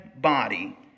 body